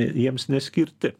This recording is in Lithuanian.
jiems neskirti